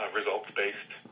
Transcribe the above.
results-based